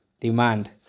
demand